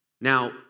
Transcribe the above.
Now